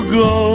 go